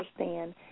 understand